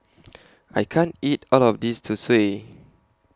I can't eat All of This Zosui